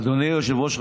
אדוני היושב-ראש,